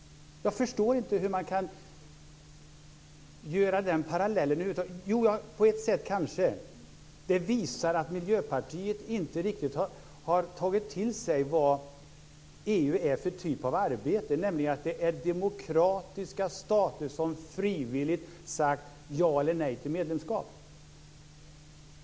Jag förstår inte hur man kan dra den parallellen. Jo, på ett sätt kanske, för det visar att Miljöpartiet inte riktigt har tagit till sig vad EU är för typ av arbete, nämligen att det är demokratiska stater som frivilligt har sagt ja eller nej till medlemskap.